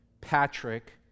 Patrick